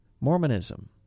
Mormonism